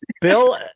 Bill